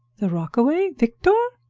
the rockaway? victor?